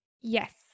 Yes